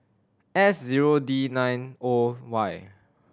S zero D nine O Y